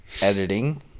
editing